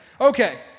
Okay